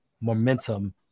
momentum